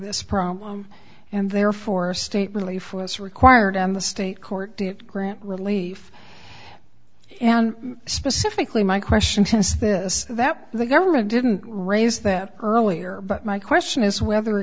this problem and therefore state relief was required and the state court did grant relief and specifically my question since this that the government didn't raise that earlier but my question is whether